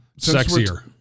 sexier